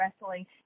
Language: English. Wrestling